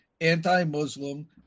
anti-Muslim